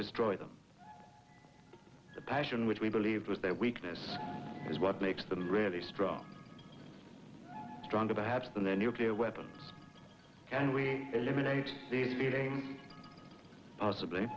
destroy them the passion which we believed was their weakness is what makes them really strong stronger perhaps than the nuclear weapons and we eliminate the leading possibly